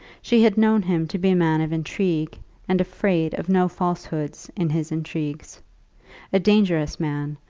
she had known him to be a man of intrigue and afraid of no falsehoods in his intrigues a dangerous man,